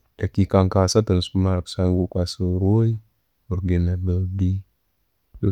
Edakiika nka'asatu nezikumara kusanga okwasirwe oburwaire.